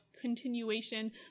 continuation